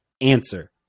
answer